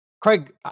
craig